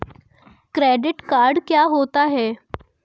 Credit card क्या होता है?